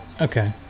Okay